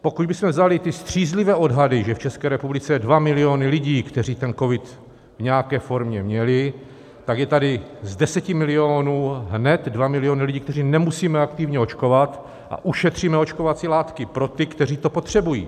Pokud bychom vzali ty střízlivé odhady, že v České republice jsou 2 miliony lidí, kteří covid v nějaké formě měli, tak je tady z 10 milionů hned 2 miliony lidí, které nemusíme aktivně očkovat, a ušetříme očkovací látky pro ty, kteří to potřebují.